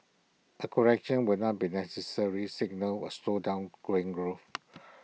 A correction would not be necessary signal A slowdown going growth